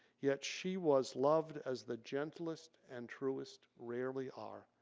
yet she was loved as the gentlest and truest rarely are.